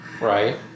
Right